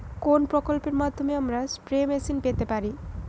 কোন প্রকল্পের মাধ্যমে আমরা স্প্রে মেশিন পেতে পারি?